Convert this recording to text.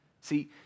See